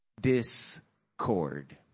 discord